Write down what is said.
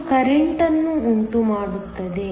ಇದು ಕರೆಂಟ್ ಅನ್ನು ಉಂಟುಮಾಡುತ್ತದೆ